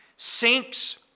sinks